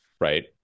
Right